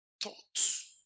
thoughts